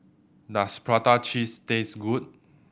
does prata cheese taste good